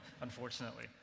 unfortunately